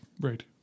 right